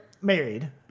married